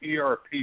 ERP